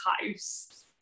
house